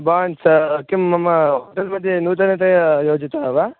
भवान् सा किं मम होटेल्मध्ये नूतनतया योजितः वा